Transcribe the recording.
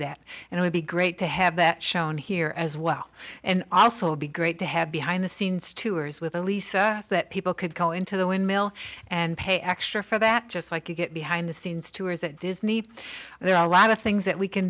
that and it would be great to have that shown here as well and also be great to have behind the scenes too as with alisa so that people could go into the windmill and pay extra for that just like you get behind the scenes too or is that disney there are a lot of things that we can